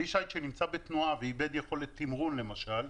כלי שיט שנמצא בתנועה ואיבד יכולת תמרון למשל,